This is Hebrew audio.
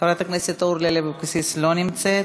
חברת הכנסת אורלי לוי אבקסיס, אינה נוכחת.